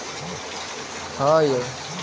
छालक रेशा गाछक भीतरका छाल सं एकत्र कैल जाइ छै